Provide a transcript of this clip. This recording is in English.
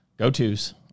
Go-to's